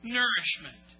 nourishment